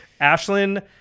Ashlyn